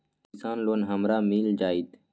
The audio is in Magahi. किसान लोन हमरा मिल जायत?